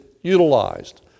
utilized